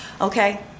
okay